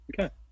Okay